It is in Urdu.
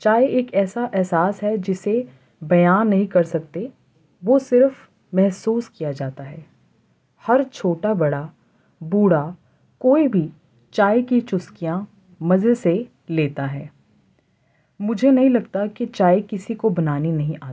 چائے ایک ایسا احساس ہے جسے بیاں نہیں کر سکتے وہ صرف محسوس کیا جاتا ہے ہر چھوٹا بڑا بوڑھا کوئی بھی چائے کی چسکیاں مزے سے لیتا ہے مجھے نہیں لگتا کہ چائے کسی کو بنانی نہیں آتی